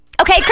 Okay